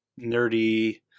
nerdy